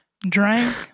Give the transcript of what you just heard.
Drank